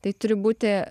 tai turi būti